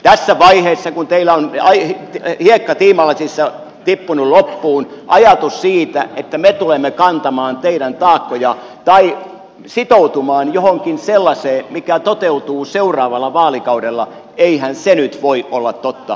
tässä vaiheessa kun teillä on hiekka tiimalasissa tippunut loppuun ajatus siitä että me tulemme kantamaan teidän taakkojanne tai sitoutumaan johonkin sellaiseen mikä toteutuu seuraavalla vaalikaudella eihän se nyt voi olla totta